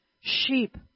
Sheep